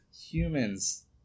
humans